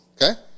Okay